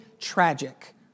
tragic